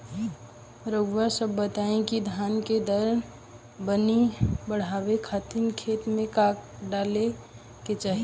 रउआ सभ बताई कि धान के दर मनी बड़ावे खातिर खेत में का का डाले के चाही?